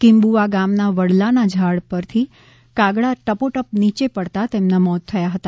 કીમ્બુવા ગામના વડલાના ઝાડ પરથી કાગડા ટપોટપ નીચે પડતા તેમના મોત થયા હતા